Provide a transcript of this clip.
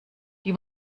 die